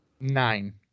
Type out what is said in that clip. Nine